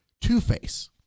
Two-Face